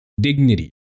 dignity